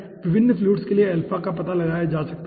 विभिन्न फ्लुइड्स के लिए अल्फा का पता लगाया जा सकता है